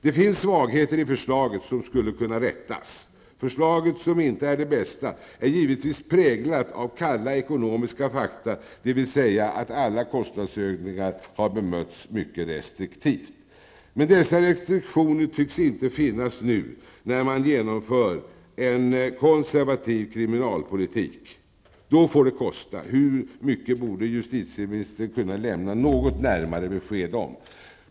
Det finns svagheter i förslaget, som skulle kunna rättas. Förslaget, som inte är det bästa, är givetvis präglat av kalla ekonomiska fakta, dvs. alla kostnadsökningar har bemötts mycket restriktivt. Men dessa restriktioner tycks inte finnas nu när man genomför en konservativ kriminalpolitik. Då får det kosta. Hur mycket borde justitieministern kunna lämna något närmare besked om.